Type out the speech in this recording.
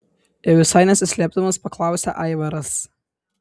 jau visai nesislėpdamas paklausia aivaras